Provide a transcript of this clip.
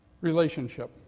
relationship